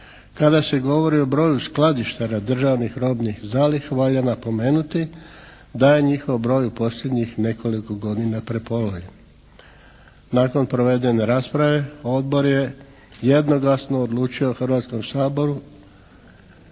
Kada se govori o broju skladištara državnih robnih zaliha valja napomenuti da je njihov broj u posljednjih nekoliko godina prepolovljen. Nakon provedene rasprave odbor je jednoglasno odlučio Hrvatskom saboru